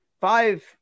five